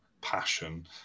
passion